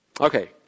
Okay